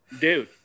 dude